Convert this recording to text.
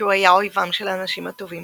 לנשיא המבקר בתערוכה,